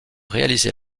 réalisé